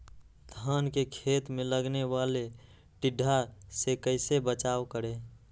धान के खेत मे लगने वाले टिड्डा से कैसे बचाओ करें?